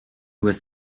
was